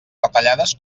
retallades